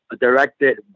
directed